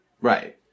Right